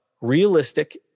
realistic